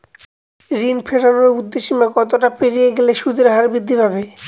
ঋণ ফেরানোর উর্ধ্বসীমা কতটা পেরিয়ে গেলে সুদের হার বৃদ্ধি পাবে?